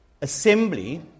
assembly